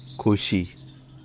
खोशी